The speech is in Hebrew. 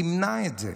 תמנע את זה.